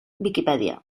viquipèdia